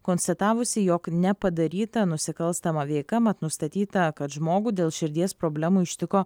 konstatavusi jog nepadaryta nusikalstama veika mat nustatyta kad žmogų dėl širdies problemų ištiko